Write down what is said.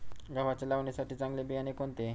गव्हाच्या लावणीसाठी चांगले बियाणे कोणते?